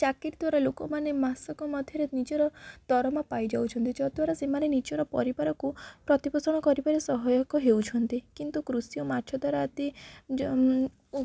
ଚାକିରୀ ଦ୍ୱାରା ଲୋକମାନେ ମାସକ ମଧ୍ୟରେ ନିଜର ଦରମା ପାଇଯାଉଛନ୍ତି ଯଦ୍ୱାରା ସେମାନେ ନିଜର ପରିବାରକୁ ପ୍ରତିପୋଷଣ କରିବାରେ ସହାୟକ ହେଉଛନ୍ତି କିନ୍ତୁ କୃଷି ଓ ମାଛ ଧରା ଆଦି